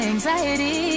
Anxiety